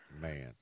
man